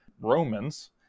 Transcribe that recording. Romans